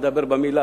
נדבר במלה,